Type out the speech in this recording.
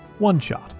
OneShot